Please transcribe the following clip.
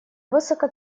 высоко